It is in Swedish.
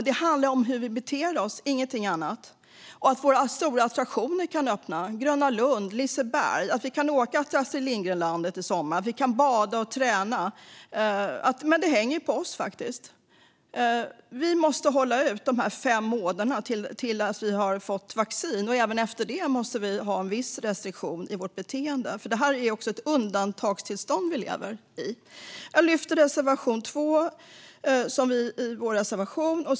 Jag hoppas att våra stora attraktioner Gröna Lund och Liseberg kan öppna och att vi kan åka till Astrid Lindgrens värld i sommar. Jag hoppas att vi kan bada och träna. Men det hänger på oss. Det handlar om hur vi beter oss, ingenting annat. Vi måste hålla ut de här fem månaderna tills vi har fått vaccin. Och även efter det måste vi ha vissa restriktioner gällande vårt beteende, för det är ett undantagstillstånd vi lever i. Jag yrkar bifall till reservation 2.